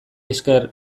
esker